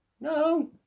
no